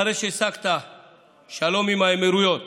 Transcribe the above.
אחרי שהשגת שלום עם האמירויות